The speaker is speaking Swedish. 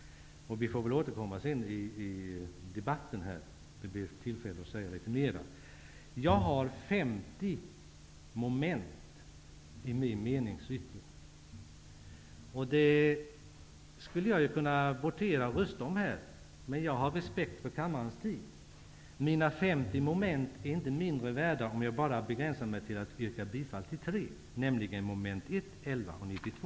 Jag får väl återkomma senare i debatten, då det blir tillfälle att säga litet mera. Jag har 50 moment i min meningsyttring, och jag skulle kunna begära votering om dem alla, men jag har respekt för kammarens tid. Mina 50 moment är inte mindre värda om jag begränsar mig till att yrka bifall till tre, nämligen 1, 11 och 92.